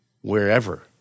wherever